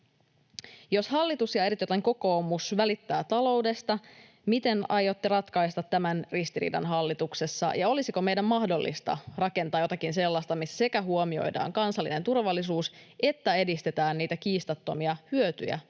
Jos hallitus ja eritoten kokoomus välittää taloudesta, miten aiotte ratkaista tämän ristiriidan hallituksessa, ja olisiko meidän mahdollista rakentaa jotakin sellaista, missä sekä huomioidaan kansallinen turvallisuus että edistetään niitä kiistattomia hyötyjä,